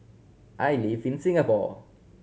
I live in Singapore